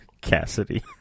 Cassidy